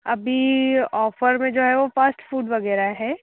अभी औफर में जो है वो फ़ास्ट फूड वग़ैरह है